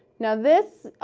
now this,